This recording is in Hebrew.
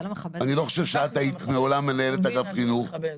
אני לא חושב שאת היית מעולם מנהלת אגף חינוך -- את לא מכבדת,